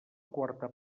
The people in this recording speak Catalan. quarta